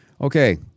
Okay